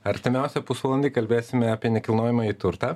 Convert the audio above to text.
artimiausią pusvalandį kalbėsime apie nekilnojamąjį turtą